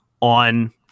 on